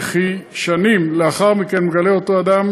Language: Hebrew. ושנים לאחר מכן מגלה אותו אדם